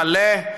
מלא,